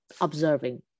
observing